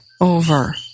over